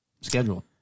schedule